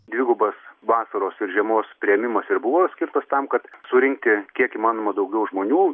dvigubas vasaros ir žiemos priėmimas ir buvo skirtas tam kad surinkti kiek įmanoma daugiau žmonių